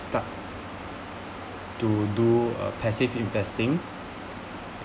start to do a passive investing